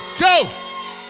Go